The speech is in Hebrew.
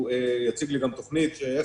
ובמהלך היום הוא יציג לי גם תוכנית איך